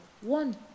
One